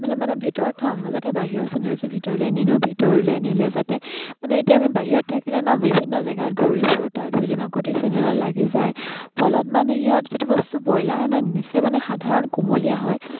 মানে মানে ভিতৰত থওঁ আমি যাতে বাহিৰৰ চেনেল যে ভিতৰলে নিনো ভিতৰলে নিলে যাতে মানে এতিয়া আমি বাহিৰত থাকিলে ন বিভিন্ন জেগাত ঘূৰি ফুৰো তাৰ ধূলি মাকতি চেনেলত লাগি যায় ফলত মানে সিহঁত যিটো বস্তু ব্ৰইলাৰ হোৱা নিচেই মানে সাধাৰণ কুমলীয়া হয়